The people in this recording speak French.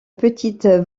petite